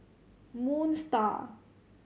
Moon Star